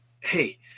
Hey